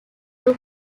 two